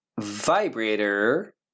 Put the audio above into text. vibrator